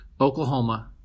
Oklahoma